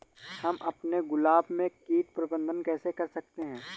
हम अपने गुलाब में कीट प्रबंधन कैसे कर सकते है?